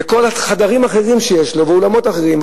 וכל החדרים האחרים שיש לו והאולמות האחרים,